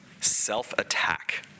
self-attack